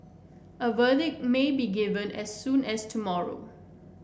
a verdict may be given as soon as tomorrow